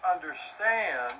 understand